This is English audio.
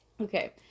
Okay